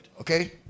Okay